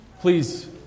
Please